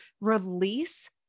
release